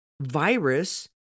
virus